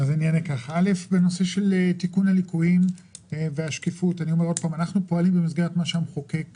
בנושא של תיקון הליקויים והשקיפות אנחנו פועלים במסגרת מה שהמחוקק